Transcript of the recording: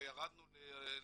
וירדנו ל-2,400,